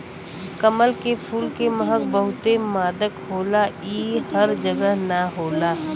कमल के फूल के महक बहुते मादक होला इ हर जगह ना होला